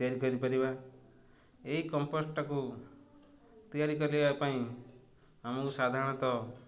ତିଆରି କରିପାରିବା ଏଇ କମ୍ପୋଷ୍ଟକୁ ତିଆରି କରିବା ପାଇଁ ଆମକୁ ସାଧାରଣତଃ